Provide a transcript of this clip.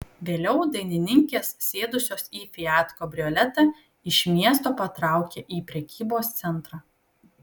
vėliau dainininkės sėdusios į fiat kabrioletą iš miesto patraukė į prekybos centrą